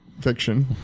fiction